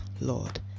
Lord